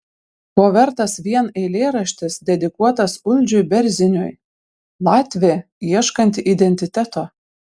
ko vertas vien eilėraštis dedikuotas uldžiui berziniui latvė ieškanti identiteto